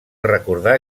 recordar